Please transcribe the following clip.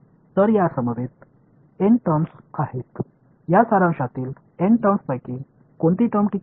तर या समवेत एन टर्म्स आहेत या सारांशातील एन टर्म्सपैकी कोणती टर्म टिकेल